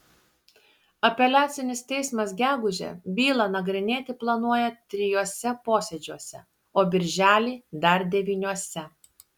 apeliacinis teismas gegužę bylą nagrinėti planuoja trijuose posėdžiuose o birželį dar devyniuose